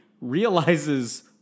realizes